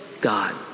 God